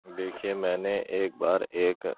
دیکھیے میں نے ایک بار ایک